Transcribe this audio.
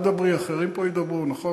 את תדברי, אחרים פה ידברו, נכון?